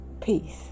Peace